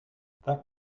that